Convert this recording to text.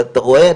אתה רואה,